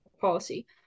policy